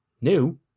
new